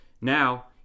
Now